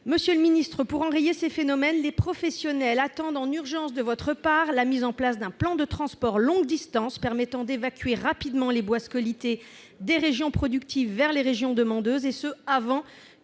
Monsieur le ministre, pour enrayer ces phénomènes, les professionnels de la filière attendent en urgence de votre part la mise en place d'un plan de transport longue distance permettant d'évacuer rapidement les bois scolytés des régions productives vers les régions demandeuses, et ce avant